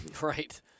Right